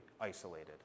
isolated